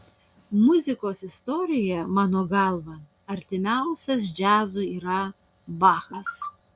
muzikos istorijoje mano galva artimiausias džiazui yra bachas